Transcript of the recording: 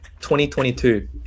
2022